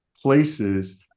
places